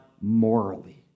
morally